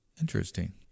Interesting